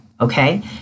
Okay